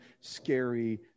scary